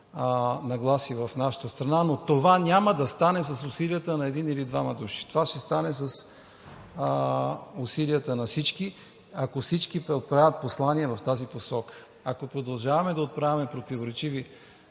нагласи в нашата страна, но това няма да стане с усилията на един или двама души. Това ще стане с усилията на всички, ако всички отправят послания в тази посока. Ако продължаваме да отправяме противоречиви